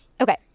Okay